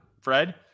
fred